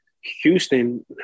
Houston